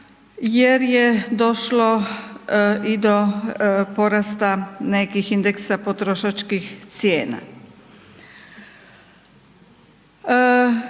jer je došlo i do porasta nekih indeksa potrošačkih cijena.